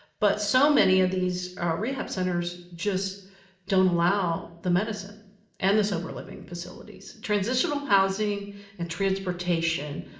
but so many of these rehab centers just don't allow the medicine and the sober living facilities. transitional housing and transportation,